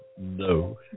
no